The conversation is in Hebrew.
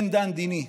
//